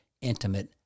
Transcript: intimate